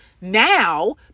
now